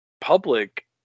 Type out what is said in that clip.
public